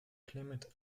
clement